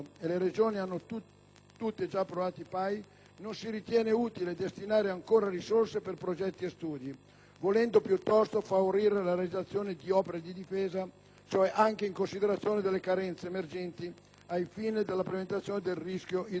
tutte già approvato i PAI, non si ritiene utile destinare ancora risorse per progetti e studi, volendo piuttosto favorire la realizzazione di opere di difesa del suolo. Ciò anche in considerazione delle carenze emergenti ai fini della prevenzione del rischio idrogeologico.